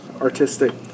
Artistic